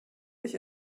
durch